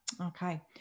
Okay